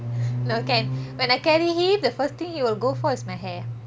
no can when I carry him the first thing he will go for is my hair